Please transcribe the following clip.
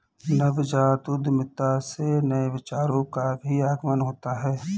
नवजात उद्यमिता से नए विचारों का भी आगमन होता है